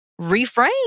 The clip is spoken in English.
reframe